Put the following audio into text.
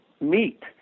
meet